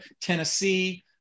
tennessee